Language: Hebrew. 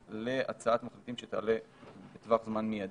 להצעת מחליטים שתעלה בטווח הזמן המיידי.